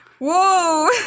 Whoa